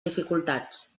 dificultats